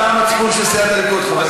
ואתה המצפון של סיעת הליכוד, חבר הכנסת בגין.